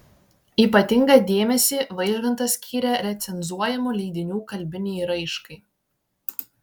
ypatingą dėmesį vaižgantas skyrė recenzuojamų leidinių kalbinei raiškai